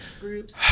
Groups